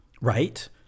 right